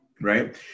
Right